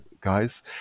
guys